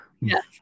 Yes